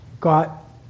got